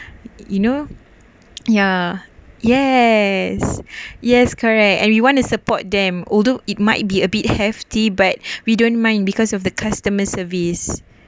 you know ya yes yes correct and we want to support them although it might be a bit hefty but we don't mind because of the customer service